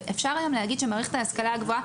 אפשר היום להגיד שמערכת ההשכלה הגבוהה